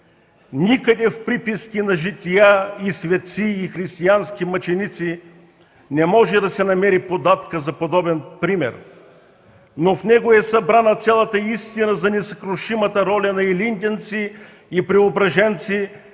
Никъде в преписки на жития и светци, и християнските мъченици не може да се намери податка за подобен пример, но в него е събрана цялата истина за несъкрушимата роля на илинденци и преображенци